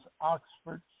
Oxford